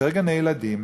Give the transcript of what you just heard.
יותר גני-ילדים,